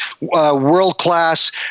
world-class